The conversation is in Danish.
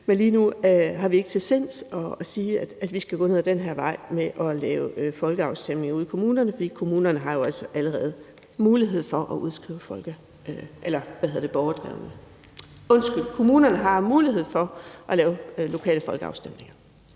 Men lige nu er vi ikke til sinds at sige, at vi skal gå ned ad den her vej med at lave folkeafstemninger ude i kommunerne, for kommunerne har allerede mulighed for at lave lokale folkeafstemninger.